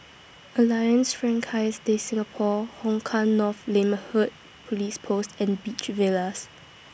Alliance Francaise De Singapour Hong Kah North Neighbourhood Police Post and Beach Villas